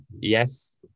yes